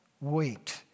Wait